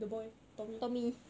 the boy tommy